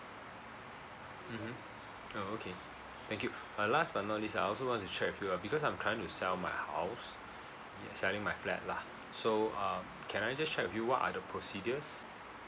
mmhmm oh okay thank you uh last but not least ah I also want to check with you ah because I'm trying to sell my house selling my flat lah so uh can I just check with you what are the procedures